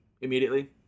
immediately